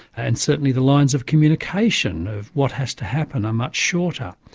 and certainly the lines of communication of what has to happen are much shorter.